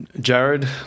Jared